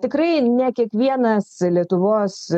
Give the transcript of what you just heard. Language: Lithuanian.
tikrai ne kiekvienas lietuvos